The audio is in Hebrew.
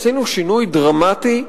עשינו שינוי דרמטי,